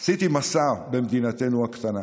עשיתי מסע במדינתנו הקטנה.